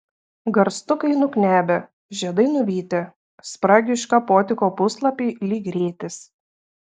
garstukai nuknebę žiedai nuvytę spragių iškapoti kopūstlapiai lyg rėtis